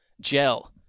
gel